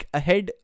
ahead